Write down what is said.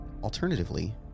Alternatively